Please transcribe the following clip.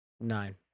Nine